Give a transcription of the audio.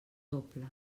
doble